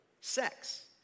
sex